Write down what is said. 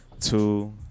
two